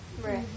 Right